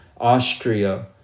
Austria